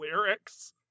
lyrics